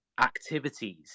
activities